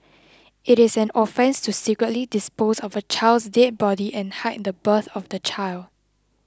it is an offence to secretly dispose of a child's dead body and hide the birth of the child